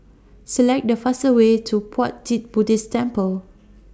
Select The faster Way to Puat Jit Buddhist Temple